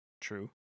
True